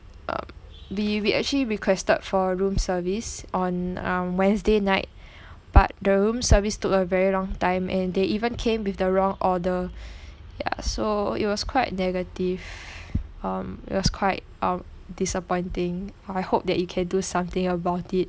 um we we actually requested for room service on um wednesday night but the room service took a very long time and they even came with the wrong order ya so it was quite negative um it was quite um disappointing I hope that you can do something about it